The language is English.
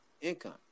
income